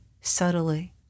subtly